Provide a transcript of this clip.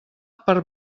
per